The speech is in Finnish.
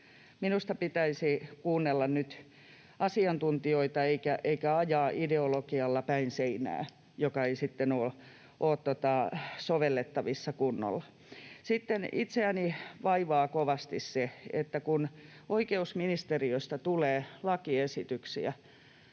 minusta pitäisi kuunnella nyt asiantuntijoita eikä ajaa päin seinää ideologialla, joka ei sitten ole sovellettavissa kunnolla. Sitten itseäni vaivaa kovasti se, että kun oikeusministeriöstä tulee lakiesityksiä,